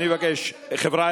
קרן ברק,